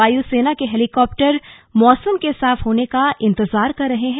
वाय सेना के हेलीकॉप्टर मौसम के साफ होने का इंतजार कर रहे हैं